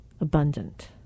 abundant